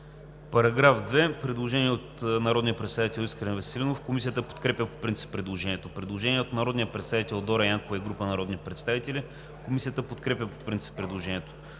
По § 15 има предложение от народния представител Искрен Веселинов. Комисията подкрепя предложението. Има предложение от народния представител Дора Янкова и група народни представители. Комисията не подкрепя предложението